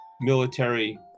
military